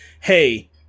hey